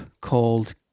called